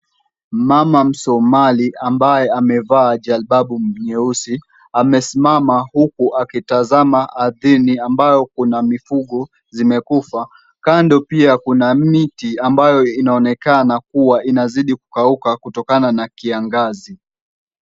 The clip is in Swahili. Mama msomali ambaye amevaa jalbabu nyeusi, amesimama huku akitazama ardhini ambayo kuna mifugo zimekufa. Kando pia kuna miti ambayo inaonekana kuwa inazidi kukauka kutokana na kiangazi.